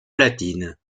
platines